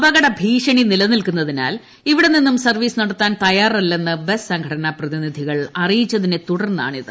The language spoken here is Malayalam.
അപകടഭീഷണി നിലനിൽക്കുന്നതിനാൽ ഇവിടെനിന്നും സർവീസ് നടത്താൻ തയ്യാറല്ലെന്ന് സംഘടനാ പ്രതിനിധികൾ ബസ് അറിയിച്ചതിനെത്തുടർന്നാണിത്